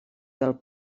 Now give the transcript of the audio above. del